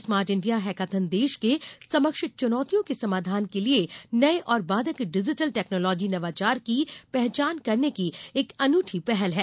smart India hackathon देश के समक्ष चुनौतियों के समाधान के लिए नए और बाधक डिजिटल टेक्नॉलोजी नवाचार की पहचान करने की एक अनूठी पहल है